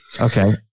Okay